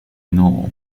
normal